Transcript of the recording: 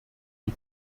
die